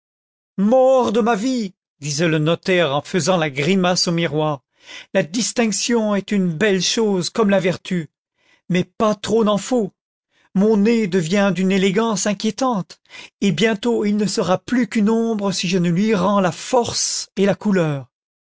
mort de ma vie disait le notaire en faisant la grimace au miroir la distinction est une belle chose comme la vertu mais pas trop n'en faut mon nez devient d'une élégance inquiétante et bientôt il ne sera plus qu'une ombre si je ne lui rends la force et la couleur